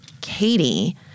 Katie